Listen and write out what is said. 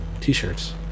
t-shirts